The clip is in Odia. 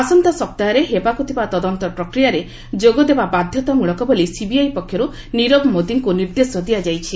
ଆସନ୍ତା ସପ୍ତାହରେ ହେବାକୁ ଥିବା ତଦନ୍ତ ପ୍ରକ୍ୟାରେ ଯୋଗ ଦେବା ବାଧ୍ୟତାମୂଳକ ବୋଲି ସିବିଆଇ ପକ୍ଷରୁ ନିରବ ମୋଦିଙ୍କୁ ନିର୍ଦ୍ଦେଶ ଦିଆଯାଇଛି